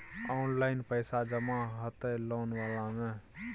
Online पैसा जमा हते लोन वाला में?